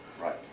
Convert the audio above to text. Right